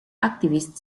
activist